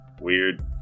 Weird